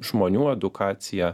žmonių edukacija